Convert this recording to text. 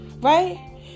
right